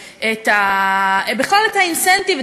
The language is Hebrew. בכלל את האינסנטיב,